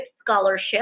Scholarship